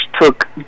took